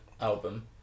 album